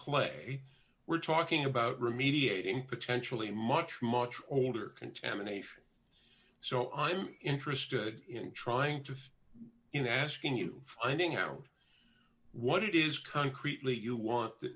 clay we're talking about remediating potentially much much older contamination so i'm interested in trying to in asking you finding out what it is concretely you want th